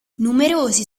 numerosi